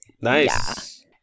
Nice